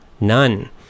None